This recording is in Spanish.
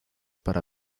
para